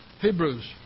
Hebrews